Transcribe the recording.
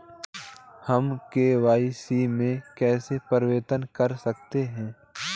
हम के.वाई.सी में कैसे परिवर्तन कर सकते हैं?